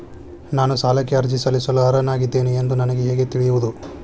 ನಾನು ಸಾಲಕ್ಕೆ ಅರ್ಜಿ ಸಲ್ಲಿಸಲು ಅರ್ಹನಾಗಿದ್ದೇನೆ ಎಂದು ನನಗೆ ಹೇಗೆ ತಿಳಿಯುವುದು?